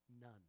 none